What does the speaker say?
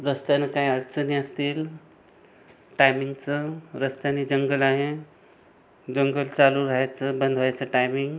रस्त्याने काही अडचणी असतील टायमिंगचं रस्त्याने जंगल आहे जंगल चालू राहायचं बंद व्हायचं टायमिंग